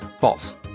false